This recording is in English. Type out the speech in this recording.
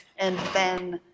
and then